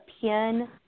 pin